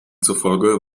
zufolge